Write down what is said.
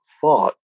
thought